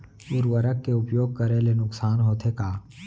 उर्वरक के उपयोग करे ले नुकसान होथे का?